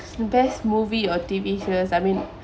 best movie or T_V shows I mean